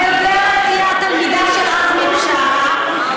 מדברת כמו התלמידה של עזמי בשארה.